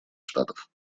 штатов